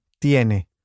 tiene